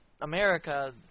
America